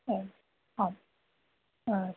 हा आम् अस्तु